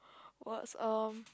what's erm